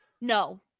no